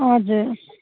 हजुर